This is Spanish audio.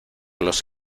los